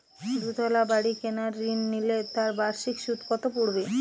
দুতলা বাড়ী কেনার ঋণ নিলে তার বার্ষিক সুদ কত পড়বে?